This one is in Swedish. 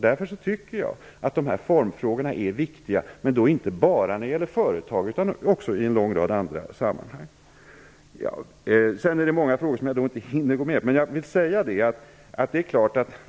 Därför tycker jag att de här formfrågorna är viktiga, men inte bara när det gäller företag utan också i en lång rad andra sammanhang. Det är många frågor som jag inte hinner gå in på.